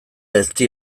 ezti